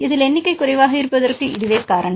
இதில் எண்ணிக்கை குறைவாக இருப்பதற்கு இதுவே காரணம்